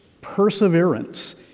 perseverance